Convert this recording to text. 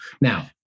Now